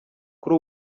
kuri